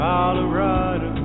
Colorado